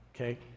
okay